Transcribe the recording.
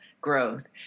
growth